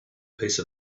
piece